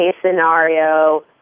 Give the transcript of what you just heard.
scenario